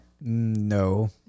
No